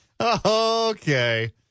okay